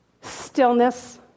stillness